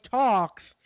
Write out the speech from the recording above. talks